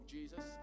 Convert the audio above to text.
Jesus